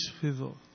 people